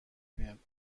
میاید